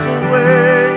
away